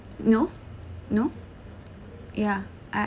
no no ya I